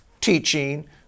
teaching